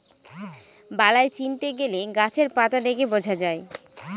বালাই চিনতে গেলে গাছের পাতা দেখে বোঝা যায়